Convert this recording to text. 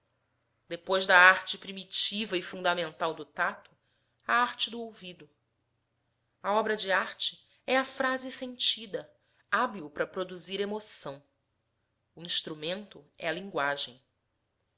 depois da arte primitiva e fundamental do tato a arte do ouvido a obra de arte é a frase sentida hábil para produzir emoção o instrumento é a linguagem